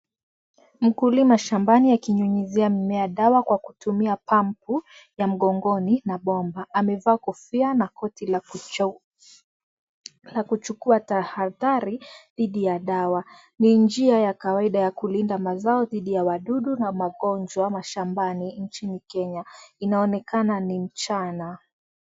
Mkulima shambani akinyunyizia mimea dawa kwa kutumia pampu ya mgongoni na bomba. Amevaa kofia na koti la kuchukua tahadhari dhidi ya dawa. Ni njia ya kawaida ya kulinda mazao dhidi ya wadudu na magonjwa mashambani nchini Kenya. Inaonekana ni mchana.